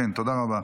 כן, תודה רבה.